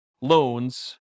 loans